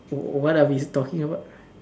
what are we talking about